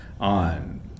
on